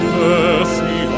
mercy